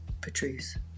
Patrice